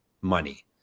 money